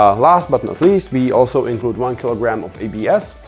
ah last but least we also include one kilogram of abs.